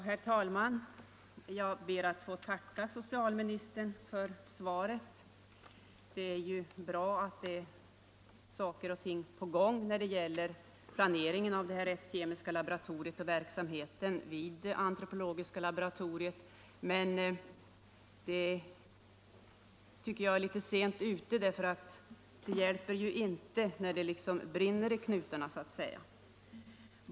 Herr talman! Jag ber att få tacka socialministern för svaret. Det är ju bra att saker och ting är på gång när det gäller planeringen av statens rättskemiska laboratorium och verksamheten vid rättsantropologiska laboratoriet, men jag tycker att man är sent ute; det hjälper ju inte att vidta åtgärder när det så att säga brinner i knutarna.